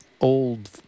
old